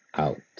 out